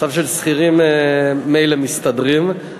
שכירים ממילא מסתדרים,